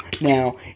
Now